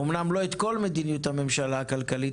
אמנם לא את כל מדיניות הממשלה הכלכלית,